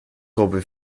gruppe